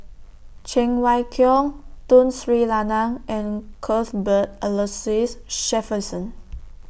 Cheng Wai Keung Tun Sri Lanang and Cuthbert Aloysius Shepherdson